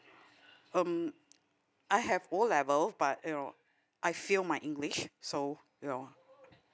um I have O level but you know I fail my english so you know